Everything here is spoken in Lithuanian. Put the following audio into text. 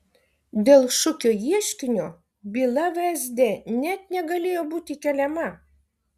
dėl šukio ieškinio byla vsd net negalėjo būti keliama